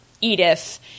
edith